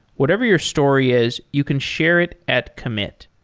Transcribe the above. whatever your story is, you can share it at commit.